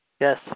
Yes